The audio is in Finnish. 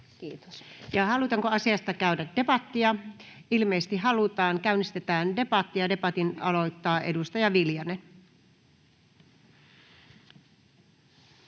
Content: Ja halutaanko asiasta käydä debattia? Ilmeisesti halutaan. Käynnistetään debatti. — Debatin aloittaa edustaja Viljanen.